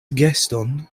geston